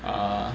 uh